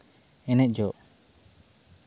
ᱮᱱᱮᱡᱚᱜ